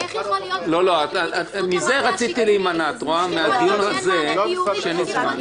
אז נכניס את שניהם,